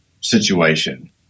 situation